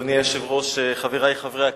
אדוני היושב-ראש, חברי חברי הכנסת,